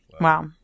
Wow